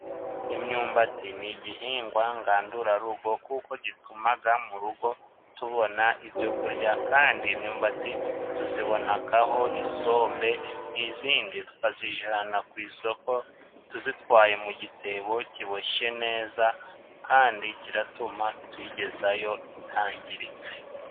Imyumbati ni igihingwa ngandurarugo， kuko gitumaga mu rugo tubona ibyo kurya， kandi imyumbati tuzibonagaho isombe， izindi tukazijana ku isoko tuzitwaye mu gitebo kiboshye neza kandi kiratuma tuyigezayo itangiritse.